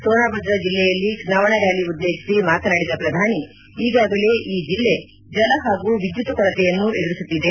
ಸೋನಾಭದ್ರ ಜಿಲ್ಲೆಯಲ್ಲಿ ಚುನಾವಣಾ ರ್್ಾಲಿ ಉದ್ದೇಶಿಸಿ ಮಾತನಾಡಿದ ಪ್ರಧಾನಿ ಈಗಾಗಲೇ ಈ ಜಿಲ್ಲೆ ಜಲ ಹಾಗೂ ವಿದ್ಯುತ್ ಕೊರತೆಯನ್ನು ಎದುರಿಸುತ್ತಿದೆ